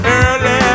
early